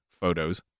photos